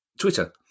Twitter